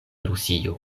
rusio